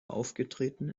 aufgetreten